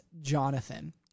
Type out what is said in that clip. Jonathan